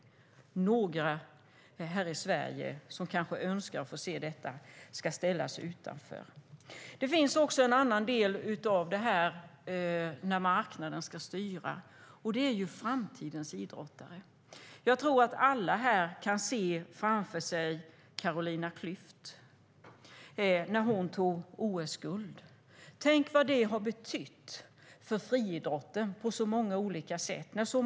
Men några här i Sverige som kanske önskar få se detta ska ställas utanför. Det finns också en annan del i detta att marknaden ska styra, och det är framtidens idrottare. Jag tror att alla här kan se framför sig Carolina Klüft när hon tog OS-guld. Tänk vad det har betytt för friidrotten på så många olika sätt.